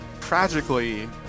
Tragically